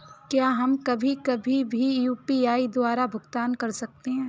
क्या हम कभी कभी भी यू.पी.आई द्वारा भुगतान कर सकते हैं?